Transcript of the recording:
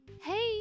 Hey